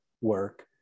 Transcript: work